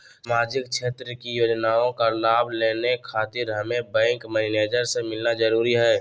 सामाजिक क्षेत्र की योजनाओं का लाभ लेने खातिर हमें बैंक मैनेजर से मिलना जरूरी है?